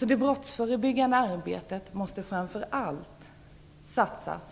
I det brottsförebyggande arbetet måste det framför allt satsas